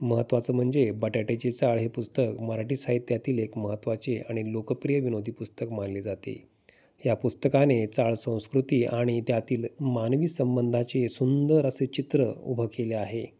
महत्त्वाचं म्हणजे बटाटयाची चाळ हे पुस्तक मराठी साहित्यातील एक महत्त्वाचे आणि लोकप्रिय विनोदी पुस्तक मानले जाते या पुस्तकाने चाळ संस्कृती आणि त्यातील मानवी संंबंधाचे सुंदर असे चित्र उभ केले आहे